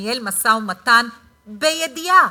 ניהל משא-ומתן בידיעה,